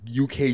UK